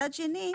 מצד שני,